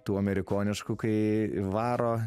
tų amerikoniškų kai varo